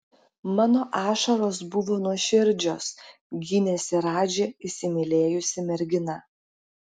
mano ašaros buvo nuoširdžios gynėsi radži įsimylėjusi mergina